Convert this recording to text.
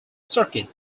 circuit